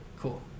Cool